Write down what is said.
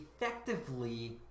effectively